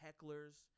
hecklers